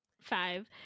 five